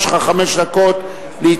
יש לך חמש דקות להתנגד.